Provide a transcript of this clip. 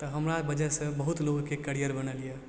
तऽ हमरा वजहसँ बहुत लोकके करियर बनल यऽ